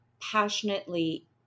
passionately